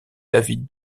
david